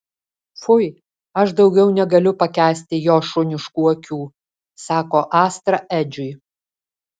fui aš daugiau negaliu pakęsti jo šuniškų akių sako astra edžiui